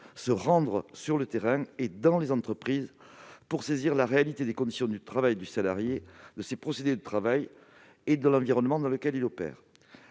se rendre sur le terrain et dans les entreprises pour saisir la réalité des conditions de travail du salarié et de l'environnement dans lequel il opère.